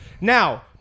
Now